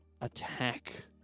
Attack